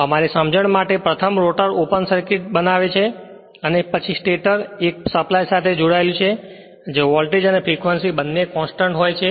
અમારી સમજણ માટે પ્રથમ રોટર ઓપન સર્કિટ છે અને તે અને સ્ટેટર તે એક સપ્લાય સાથે જોડાયેલું છે જ્યાં વોલ્ટેજ અને ફ્રેક્વંસી બંને કોંસ્ટંટ હોય છે